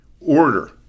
order